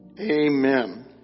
Amen